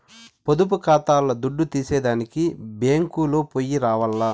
పొదుపు కాతాల్ల దుడ్డు తీసేదానికి బ్యేంకుకో పొయ్యి రావాల్ల